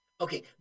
okay